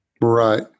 Right